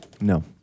No